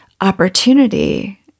opportunity